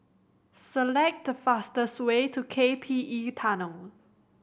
select the fastest way to K P E Tunnel